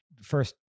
First